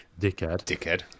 dickhead